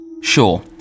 Sure